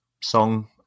song